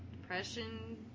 depression